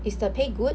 is the pay good